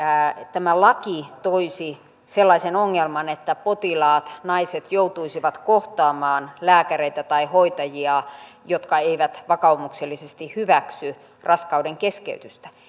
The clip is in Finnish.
tämä laki toisi sellaisen ongelman että potilaat naiset joutuisivat kohtaamaan lääkäreitä tai hoitajia jotka eivät vakaumuksellisesti hyväksy raskaudenkeskeytystä